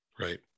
Right